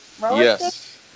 Yes